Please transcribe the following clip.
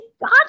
got